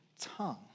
tongue